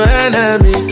enemy